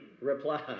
reply